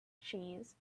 cheese